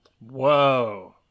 whoa